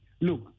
look